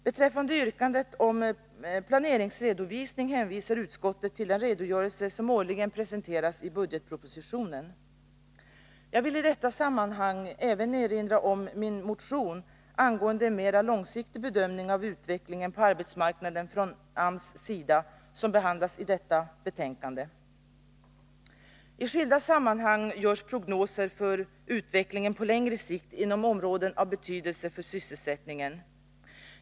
Beträffande yrkandet om planeringsredovisning hänvisar utskottet till den redogörelse som årligen presenteras i budgetpropositionen. Jag vill i detta sammanhang även erinra om min motion angående en mera långsiktig bedömning av utvecklingen på arbetsmarknaden från AMS sida, som behandlas i detta betänkande. I skilda sammanhang görs prognoser för utvecklingen på längre sikt inom områden av betydelse för sysselsättningen.